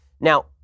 Now